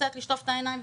לשטוף את העיניים,